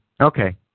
Okay